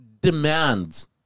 demands